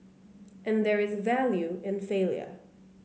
and there is value in failure